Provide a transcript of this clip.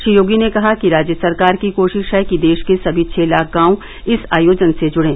श्री योगी ने कहा कि राज्य सरकार की कोषिष है कि देष के सभी छह लाख गांव इस आयोजन से जुड़े